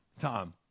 tom